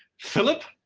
philip,